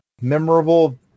memorable